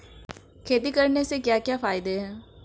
खेती करने से क्या क्या फायदे हैं?